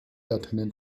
laternen